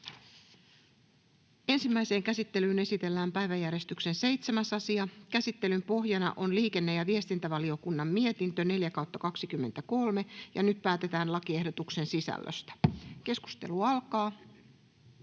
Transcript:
Ensimmäiseen käsittelyyn esitellään päiväjärjestyksen 7. asia. Käsittelyn pohjana on liikenne- ja viestintävaliokunnan mietintö LiVM 4/2023 vp. Nyt päätetään lakiehdotuksen sisällöstä. — Keskustelu alkaa.